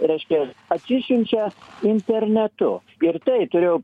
reiškia atsisiunčia internetu ir tai turėjo